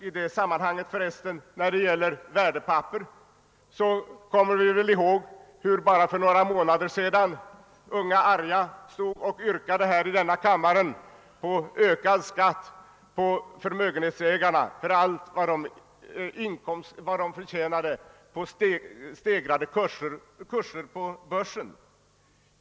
— I detta sammanhang — alltså när det gäller värdepapper — kommer vi väl för resten ihåg hur bara för några månader sedan unga arga här i denna kammare yrkade på högre skatt på förmögenhetsägarna för allt vad de förtjänade på stegrade kurser på börsen.